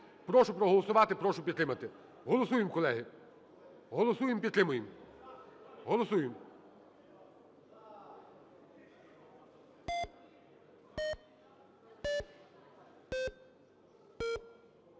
Прошу проголосувати, прошу підтримати. Голосуємо, колеги. Голосуємо, підтримуємо. Голосуємо.